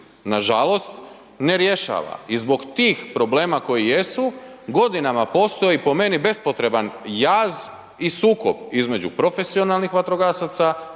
Nažalost, ne rješava i zbog tih problema koji jesu, godinama postoji po meni, bespotreban jaz i sukob između profesionalnih vatrogasaca